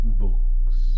books